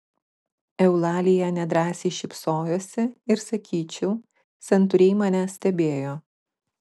eulalija nedrąsiai šypsojosi ir sakyčiau santūriai mane stebėjo